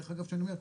דרך אגב שאני אומר,